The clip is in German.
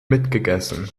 mitgegessen